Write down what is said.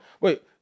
Wait